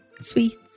Sweets